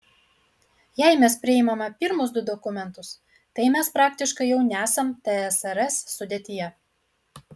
jei mes priimame pirmus du dokumentus tai mes praktiškai jau nesam tsrs sudėtyje